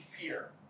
fear